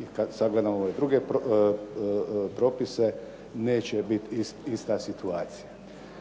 i kad sagledamo ove druge propise neće biti ista situacija.